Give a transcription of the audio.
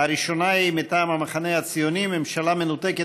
הראשונה היא מטעם המחנה הציוני: ממשלה מנותקת